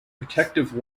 protective